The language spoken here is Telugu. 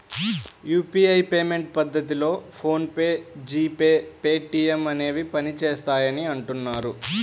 యూపీఐ పేమెంట్ పద్ధతిలో PhonePe, GPay, Paytm అనేవి పనిచేస్తాయని అంటున్నారు